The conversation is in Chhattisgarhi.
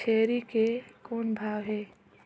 छेरी के कौन भाव हे?